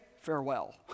farewell